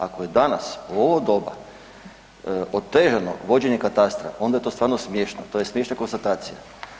Ako je danas u ovo doba otežano vođenje katastra onda je to stvarno smiješno, to je smiješna konstatacija.